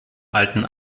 alten